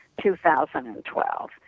2012